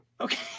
okay